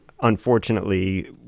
unfortunately